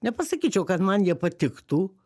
nepasakyčiau kad man jie patiktų